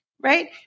right